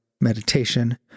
meditation